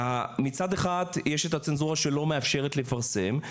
מצד אחד יש כאמור את הצנזורה שלא מאפשרת לפרסם,